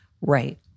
Right